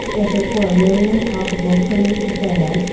if it were really impossible for me to fail,